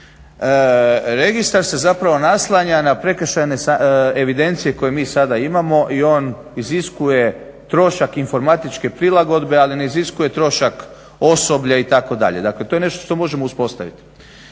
Registar se zapravo naslanja na prekršajne evidencije koje mi sada imamo i on iziskuje trošak informatičke prilagodbe, ali ne iziskuje trošak osoblja itd., dakle to je nešto što možemo uspostaviti.